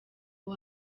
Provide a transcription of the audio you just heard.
ngo